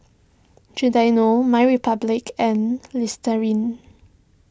Giordano My Republic and Listerine